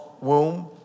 womb